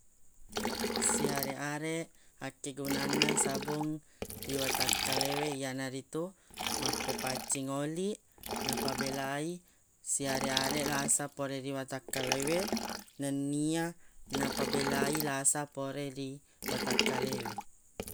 Siareq-areq akkegunanna sabung ri watakkalewe iyanaritu mappepaccing oli napabela i siareq-areq lasa pore li watakkalawe nennia napabela i lasa pore li watakkalewe.